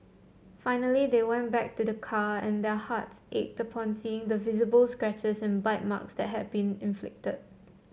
finally they went back to their car and their hearts ached upon seeing the visible scratches and bite marks that had been inflicted